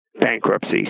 bankruptcy